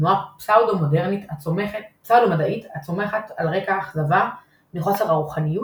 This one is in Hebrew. - תנועה פסאודו-מדעית הצומחת על רקע האכזבה מחוסר הרוחניות